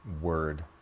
Word